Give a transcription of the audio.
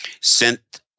sent